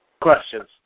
Questions